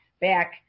back